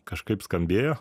kažkaip skambėjo